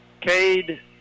Cade